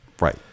right